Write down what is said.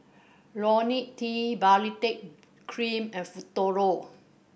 Ionil T Baritex Cream and Futuro